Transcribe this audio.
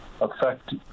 affect